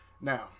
Now